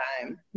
time